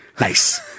Nice